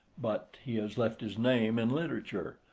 but he has left his name in literature,